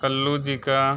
कल्लू जी का